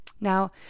Now